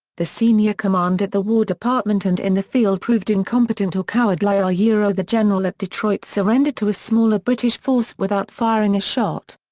the senior command at the war department and in the field proved incompetent or cowardly ah ah the general at detroit surrendered to a smaller british force without firing a shot.